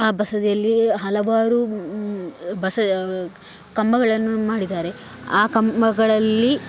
ಬಸದಿಯಲ್ಲಿಯೆ ಹಲವಾರು ಬಸ ಕಂಬಗಳನ್ನು ಮಾಡಿದ್ದಾರೆ ಆ ಕಂಬಗಳಲ್ಲಿ